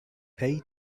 pay